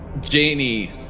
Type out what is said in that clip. Janie